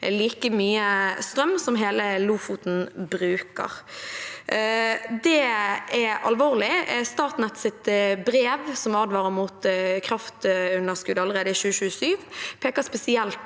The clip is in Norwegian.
like mye strøm som hele Lofoten bruker. Det er alvorlig. Statnetts brev som advarer mot kraftunderskudd allerede i 2027, peker spesielt